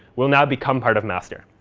will now become part of master.